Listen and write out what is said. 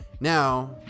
Now